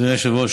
אדוני היושב-ראש,